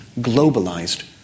globalized